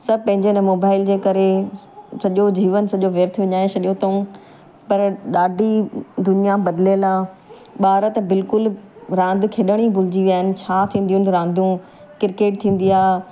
सभु पंहिंजे हिन मोबाइल जे करे सॼो जीवन सॼो व्यर्थ विञाए छॾियो अथऊं पर ॾाढी दुनिया बदिलियल आहे ॿार त बिल्कुलु रांधि खेॾण ई भुलिजी विया आहिनि छा थींदियुनि रांधियूं क्रिकेट थींदी आहे